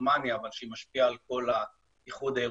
וסיימה את תפקידה לפני כחצי שנה.